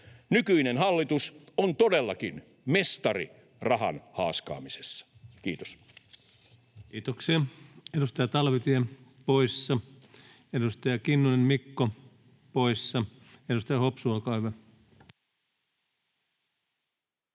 Nykyinen hallitus on todellakin mestari rahan haaskaamisessa. — Kiitos. Kiitoksia. — Edustaja Talvitie poissa, edustaja Kinnunen, Mikko poissa. — Edustaja Hopsu, olkaa hyvä.